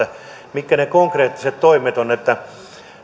mitkä ne konkreettiset toimet ovat